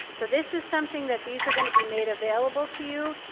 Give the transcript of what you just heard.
so this is something that these are going to be made available to you.